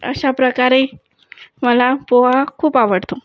अशाप्रकारे मला पोहा खूप आवडतो